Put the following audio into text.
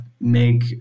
make